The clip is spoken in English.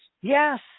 Yes